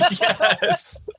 yes